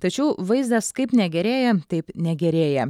tačiau vaizdas kaip negerėja taip negerėja